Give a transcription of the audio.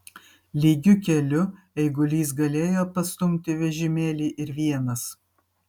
lygiu keliu eigulys galėjo pastumti vežimėlį ir vienas